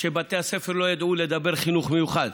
כשבתי הספר לא ידעו לדבר חינוך מיוחד,